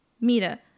mira